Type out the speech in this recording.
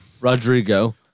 Rodrigo